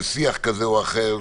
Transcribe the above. בשיח כזה או אחר,